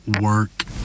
work